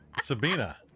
Sabina